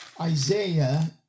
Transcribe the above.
Isaiah